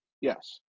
yes